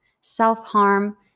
self-harm